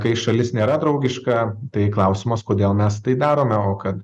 kai šalis nėra draugiška tai klausimas kodėl mes tai darome o kad